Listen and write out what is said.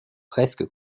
presque